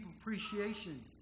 appreciation